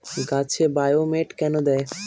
গাছে বায়োমেট কেন দেয়?